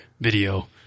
video